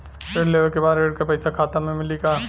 ऋण लेवे के बाद ऋण का पैसा खाता में मिली?